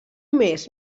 mes